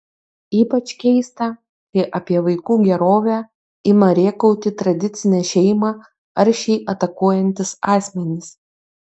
ypač keista kai apie vaikų gerovę ima rėkauti tradicinę šeimą aršiai atakuojantys asmenys